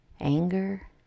anger